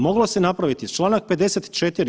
Moglo se napraviti, čl. 54.